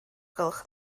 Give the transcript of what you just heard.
gwelwch